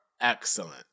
excellent